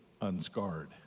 unscarred